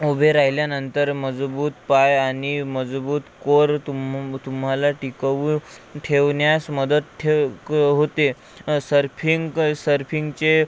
उभे राहिल्यानंतर मजबूत पाय आणि मजबूत कोर तुम्म म तुम्हाला टिकवू ठेवण्यास मदत ठेव क होते सर्फिंक सर्फिंगचे